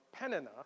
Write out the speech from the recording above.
Penina